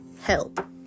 Help